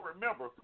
remember